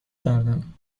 کردم